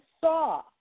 saw